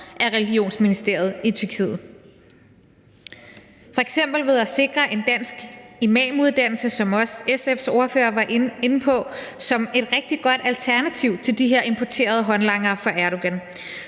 fra religionsministeriet i Tyrkiet, f.eks. ved at sikre en dansk imamuddannelse, som også SF's ordfører var inde på, som et rigtig godt alternativ til de her importerede håndlangere fra Erdogan,